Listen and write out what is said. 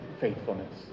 faithfulness